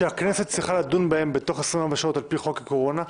שהכנסת צריכה לדון בהן בתוך 24 שעות על פי חוק הקורונה,